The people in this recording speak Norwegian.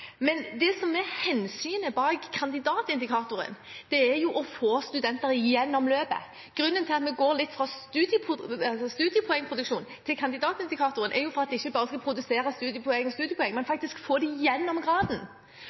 Men det som er hensynet bak kandidatindikatoren, er å få studenter igjennom løpet. Grunnen til at vi går litt fra studiepoengproduksjon til kandidatindikatorer, er jo at man ikke bare skal produsere studiepoeng på studiepoeng, men faktisk få dem igjennom graden.